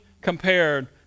compared